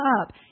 up